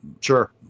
Sure